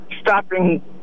stopping